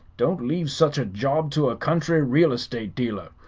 don't leave such a job to a country real estate dealer.